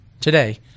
Today